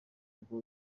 urwo